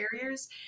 barriers